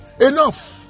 Enough